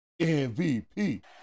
MVP